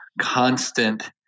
constant